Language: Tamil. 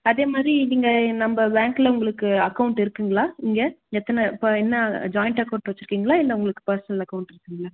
அதேமாதிரி இவங்க நம்ப பேங்கில் உங்களுக்கு அக்கௌன்ட் இருக்குதுங்களா இங்கே எத்தனை இப்போ என்ன ஜாய்ண்ட் அக்கௌன்ட் வெச்சுருக்கீங்ளா இல்லை உங்களுக்கு பேர்ஸ்னல் அக்கௌன்ட் இருக்குங்களா